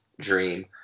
dream